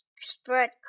spread